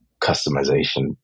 customization